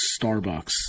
starbucks